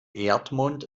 erdmond